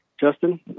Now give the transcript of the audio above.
Justin